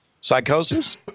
Psychosis